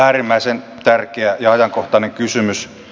äärimmäisen tärkeä ja ajankohtainen kysymys